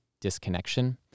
disconnection